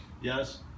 yes